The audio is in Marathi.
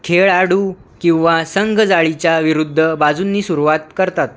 खेळाडू किंवा संघ जाळीच्या विरुद्ध बाजूंनी सुरुवात करतात